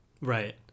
Right